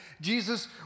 Jesus